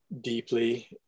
deeply